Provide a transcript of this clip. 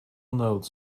note